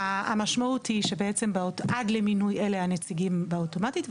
המשמעות היא שבעצם עד למינוי אלה הנציגים באוטומטית,